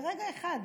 ברגע אחד.